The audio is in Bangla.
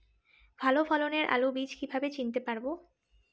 ভালো ফলনের আলু বীজ কীভাবে চিনতে পারবো?